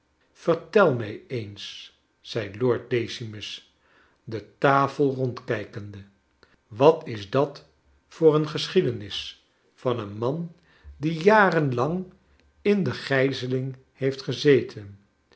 vertel mij eens zei lord decimus de tafel rondkijkende wat is dat voor een geschiedenis van een man die jaren lang in he gijzeling heeft gezeten